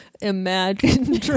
Imagine